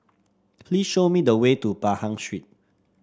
please show me the way to Pahang Street